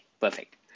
perfect